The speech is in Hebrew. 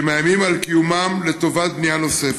שמאיימים על קיומם, לטובת בנייה נוספת.